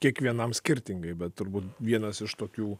kiekvienam skirtingai bet turbūt vienas iš tokių